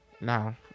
no